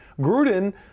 Gruden